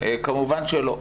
כמובן שלא.